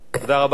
חברי השרים,